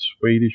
Swedish